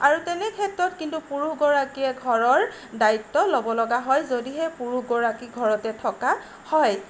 আৰু তেনেক্ষেত্ৰত কিন্তু পুৰুষগৰাকীয়ে ঘৰৰ দায়িত্ব ল'বলগা হয় যদিহে পুৰুষগৰাকী ঘৰতে থকা হয়